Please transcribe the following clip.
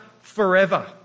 forever